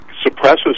suppresses